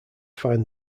find